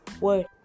word